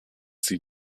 sie